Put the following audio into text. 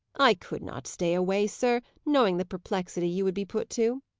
i could not stay away, sir, knowing the perplexity you would be put to.